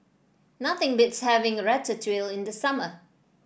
nothing beats having Ratatouille in the summer